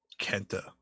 Kenta